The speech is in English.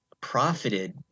Profited